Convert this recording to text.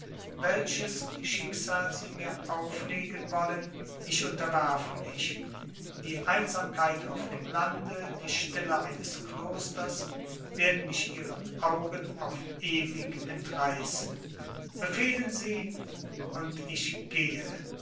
welches schicksal sie mir auflegen wollen ich unterwerfe mich die einsamkeit auf dem lande die stille eines klosters werden mich ihren augen auf ewig entreißen befehlen sie und ich gehe